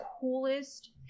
coolest